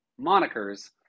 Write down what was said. monikers